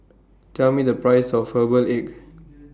Tell Me The Price of Herbal Egg